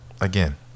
again